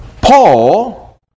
Paul